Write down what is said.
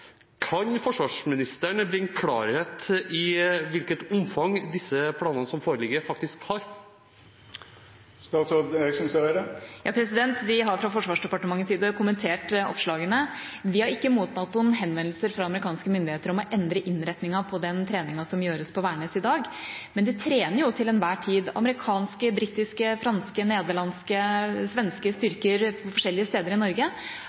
Kan forsvarsministeren bringe klarhet i hvilket omfang disse planene som foreligger, faktisk har? Vi har fra Forsvarsdepartementets side kommentert oppslagene, men vi har ikke mottatt noen henvendelser fra amerikanske myndigheter om å endre innretningen på den treningen som gjøres på Værnes i dag. Men det trener til enhver tid amerikanske, britiske, franske, nederlandske og svenske styrker på forskjellige steder i Norge,